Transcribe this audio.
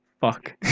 fuck